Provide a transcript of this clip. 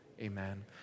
Amen